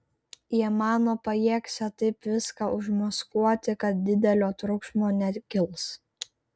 jie mano pajėgsią taip viską užmaskuoti kad didelio triukšmo nekils